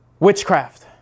Witchcraft